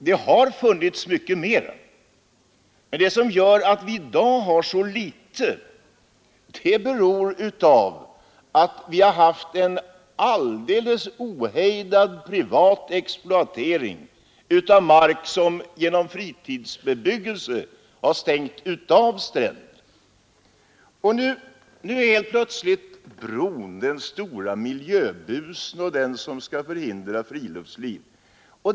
Det har funnits mycket mera, men det som gör att vi i dag har så litet är att vi har haft en alldeles ohejdad privat exploatering av mark och en fritidsbebyggelse som har stängt av stränderna. Nu är plötsligt bron den stora miljöbusen och den som skall förhindra friluftslivet.